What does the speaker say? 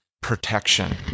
protection